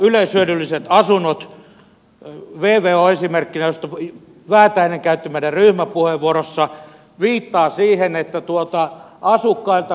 yleishyödylliset asunnot esimerkkinä vvo jota väätäinen käytti meidän ryhmäpuheenvuorossamme viittaavat siihen että asukkailta kupataan